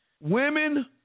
women